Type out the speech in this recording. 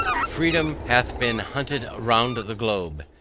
freedom hath been hunted round the globe.